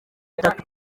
itatu